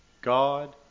God